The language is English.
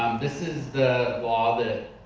this is the law that